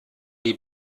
die